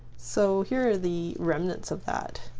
so here are the remnants of that.